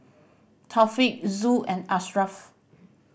Taufik Zul and Ashraf